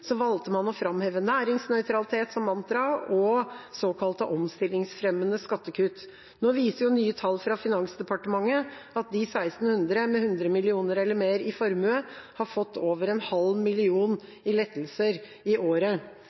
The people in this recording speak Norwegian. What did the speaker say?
valgte man å framheve næringsnøytralitet som mantra og såkalte omstillingsfremmende skattekutt. Nå viser nye tall fra Finansdepartementet at de 1 600 personene med 100 mill. kr eller mer i formue har fått over en halv million kroner i lettelser i året.